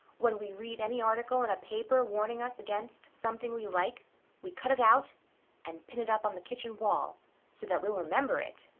when we read any article in a paper warning us against something we like we cut it out and pin it up on the kitchen wall so that we'll remember it.